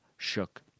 shook